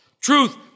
Truth